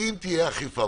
אם תהיה אכיפה,